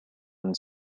and